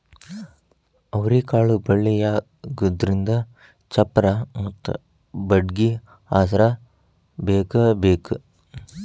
ಅವ್ರಿಕಾಳು ಬಳ್ಳಿಯಾಗುದ್ರಿಂದ ಚಪ್ಪರಾ ಮತ್ತ ಬಡ್ಗಿ ಆಸ್ರಾ ಬೇಕಬೇಕ